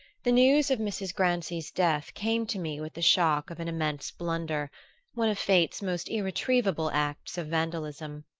the news of mrs. grancy's death came to me with the shock of an immense blunder one of fate's most irretrievable acts of vandalism.